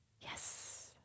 Yes